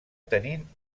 tenint